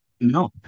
No